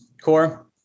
core